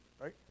right